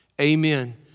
Amen